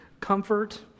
comfort